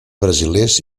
brasilers